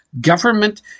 government